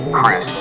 Chris